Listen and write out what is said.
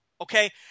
okay